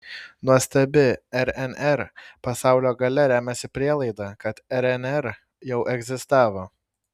nuostabi rnr pasaulio galia remiasi prielaida kad rnr jau egzistavo